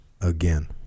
again